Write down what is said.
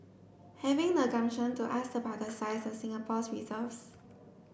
having the gumption to ask about the size of Singapore's reserves